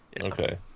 Okay